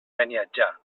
beniatjar